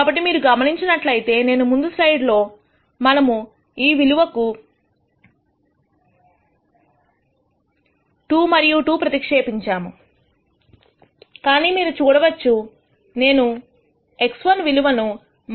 కాబట్టి మీరు గమనించినట్లయితే నేను ముందు స్లైడ్ లో మనము ఈ విలువలకు 2 మరియు 2 ప్రతి క్షేపించాము కానీ మీరు చూడవచ్చు నేను x1 విలువను 0